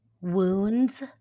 wounds